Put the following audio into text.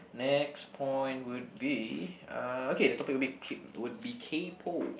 next point would be uh okay the topic would K would be kaypoh